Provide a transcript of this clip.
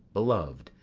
belov'd,